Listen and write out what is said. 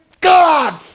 God